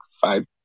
five